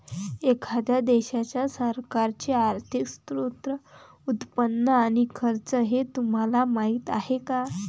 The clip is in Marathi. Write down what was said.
एखाद्या देशाच्या सरकारचे आर्थिक स्त्रोत, उत्पन्न आणि खर्च हे तुम्हाला माहीत आहे का